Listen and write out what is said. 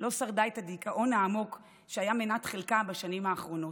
לא שרדה את הדיכאון העמוק שהיה מנת חלקה בשנים האחרונות.